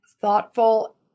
thoughtful